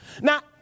Now